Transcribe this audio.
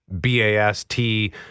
B-A-S-T